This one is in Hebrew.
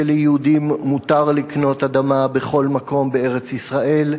שליהודים מותר לקנות אדמה בכל מקום בארץ-ישראל,